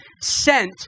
sent